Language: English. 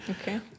Okay